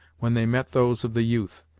when they met those of the youth,